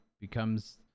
becomes